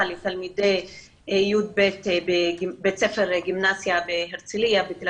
לתלמידי י"ב בבית ספר גימנסיה הרצליה בתל